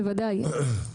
בוודאי.